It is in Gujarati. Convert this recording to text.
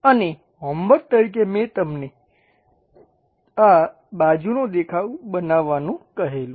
અને હોમવર્ક તરીકે મે તમને આ બાજુનો દેખાવ બનાવવાનું કહેલું